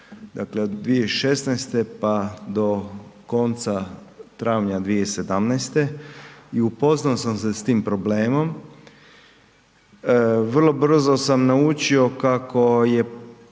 dakle od 2016. pa do konca travnja 2017. u poznao sam se s tim problemom. Vrlo brzo sam naučio kako